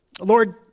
Lord